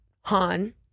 Han